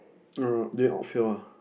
uh doing outfield ah